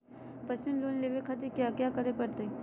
Personal loan लेवे खातिर कया क्या करे पड़तइ?